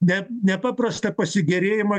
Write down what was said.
ne nepaprastą pasigėrėjimą